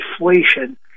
inflation